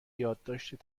یادداشت